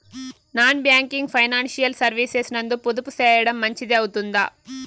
Non banking financial services నందు పొదుపు సేయడం మంచిది అవుతుందా?